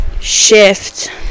shift